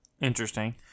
Interesting